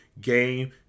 game